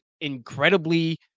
incredibly